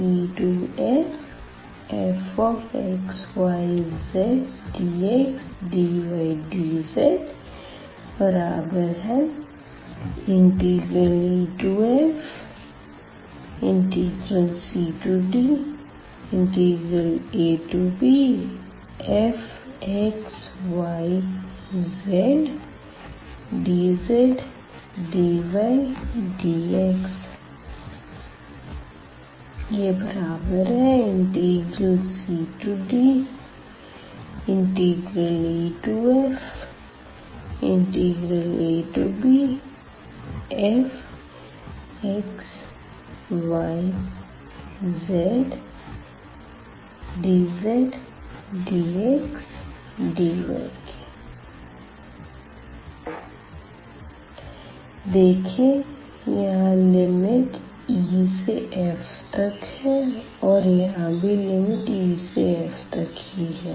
abcdeffxyzdxdydzefcdabfxyzdzdydx cdefabfxyzdzdxdy देखें यहां limit e से f तक है और यहां भी लिमिट e से f तक ही है